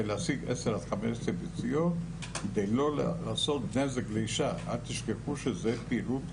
ולהשיג 10 עד 15 ביציות בלי לעשות נזק לאישה אל תשכחו שזו פעולה